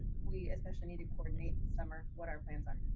we especially need to coordinate summer what our plans are.